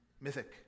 mythic